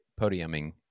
podiuming